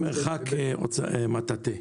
מרחק מקל של מטאטא.